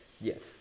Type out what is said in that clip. yes